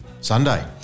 Sunday